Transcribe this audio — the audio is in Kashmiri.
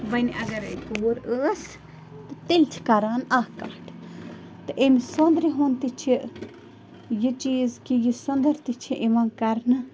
وۄنۍ اَگرَے کوٗر ٲس تہٕ تیٚلہِ چھِ کران اَکھ کَٹھ تہٕ اَمہِ سۄنٛدرِ ہُنٛد تہِ چھِ یہِ چیٖز کہِ یہِ سۄنٛدر تہِ چھِ یِوان کرنہٕ